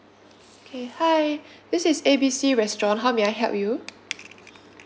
okay hi this is A B C restaurant how may I help you